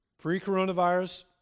Pre-coronavirus